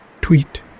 Tweet